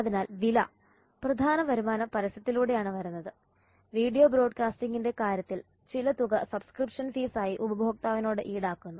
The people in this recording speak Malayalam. അതിനാൽ വില പ്രധാന വരുമാനം പരസ്യത്തിലൂടെയാണ് വരുന്നത് വീഡിയോ ബ്രോഡ്കാസ്റ്റിംഗിന്റെ കാര്യത്തിൽ ചില തുക സബ്സ്ക്രിപ്ഷൻ ഫീസായി ഉപഭോക്താവിനോട് ഈടാക്കുന്നു